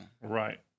Right